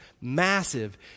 massive